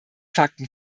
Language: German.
fakten